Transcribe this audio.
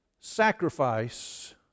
sacrifice